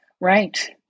Right